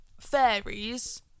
fairies